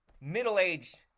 middle-aged